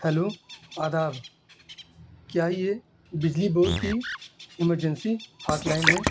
hello آداب کیا یہ بجلی بورڈ کی ایمرجنسی ہاٹ لائن ہے